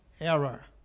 error